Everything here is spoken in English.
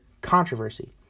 controversy